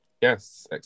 Yes